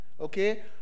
Okay